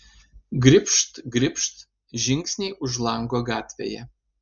gribšt gribšt žingsniai už lango gatvėje